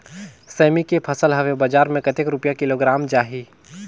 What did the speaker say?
सेमी के फसल हवे बजार मे कतेक रुपिया किलोग्राम जाही?